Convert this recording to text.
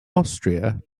austria